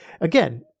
Again